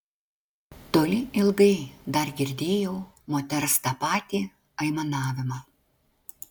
toli ilgai dar girdėjau moters tą patį aimanavimą